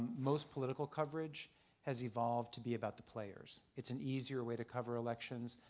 most political coverage has evolved to be about the players. it's an easier way to cover elections.